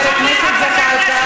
זחאלקה,